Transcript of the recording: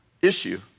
issue